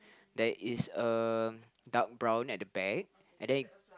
there is a dark brown at the back and then it